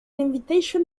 invitation